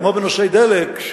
כמו בנושאי דלק,